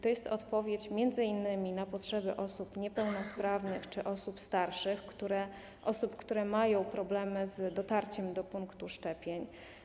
To jest odpowiedź m.in. na potrzeby osób niepełnosprawnych czy osób starszych, które mają problemy z dotarciem do punktu szczepień.